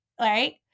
right